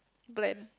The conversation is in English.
blend